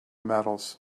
metals